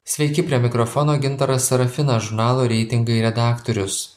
sveiki prie mikrofono gintaras sarafinas žurnalo reitingai redaktorius